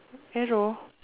yellow